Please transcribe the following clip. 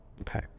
Okay